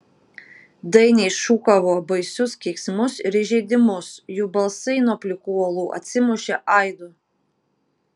dainiai šūkavo baisius keiksmus ir įžeidimus jų balsai nuo plikų uolų atsimušė aidu